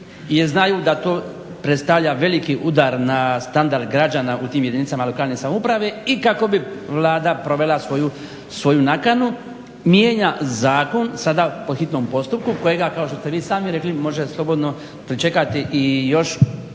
znaju da to predstavlja veliki udar na standard građana u tim jedinicama lokalne samouprave i kako bi Vlada provela svoju nakanu mijenja zakon sada po hitnom postupku kojega kao što ste vi sami rekli može slobodno pričekati i još ima